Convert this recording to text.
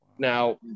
Now